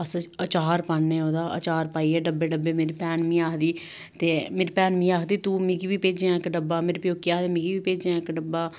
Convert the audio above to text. अस अचार पान्ने ओहदा अचार पाइयै डब्बे डब्बे मेरी भैन मिगी आखदी ते मेरी भैन मिगी आखदी तू मिकी बी भेजेआं इक डब्बा मेरे प्योकियै आखदे मिगी बी भेजेआ इक डब्बा